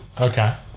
Okay